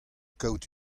kaout